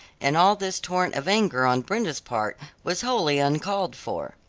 and all this torrent of anger on brenda's part was wholly uncalled for.